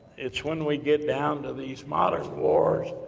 it's when we get down to these modern wars,